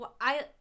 I-